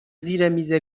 زیرمیز